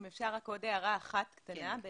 אם אפשר רק עוד הערה אחת קטנה,